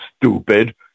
stupid